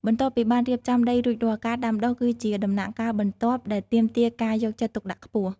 បន្ទាប់ពីបានរៀបចំដីរួចរាល់ ការដាំដុះគឺជាដំណាក់កាលបន្ទាប់ដែលទាមទារការយកចិត្តទុកដាក់ខ្ពស់។